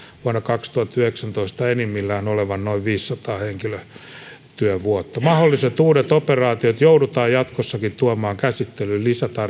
vuonna kaksituhattayhdeksäntoista enimmillään olevan noin viisisataa henkilötyövuotta mahdolliset uudet operaatiot joudutaan jatkossakin tuomaan käsittelyyn